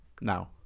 now